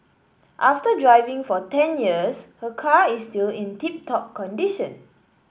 after driving for ten years her car is still in tip top condition